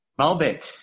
Malbec